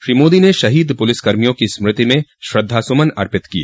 श्री मोदी ने शहीद पुलिसकर्मियों की स्मृति में श्रद्धा सुमन अपित किए